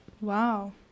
Wow